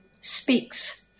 Speaks